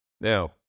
Now